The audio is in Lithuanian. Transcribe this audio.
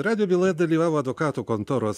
radijo byloje dalyvavo advokatų kontoros